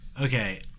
Okay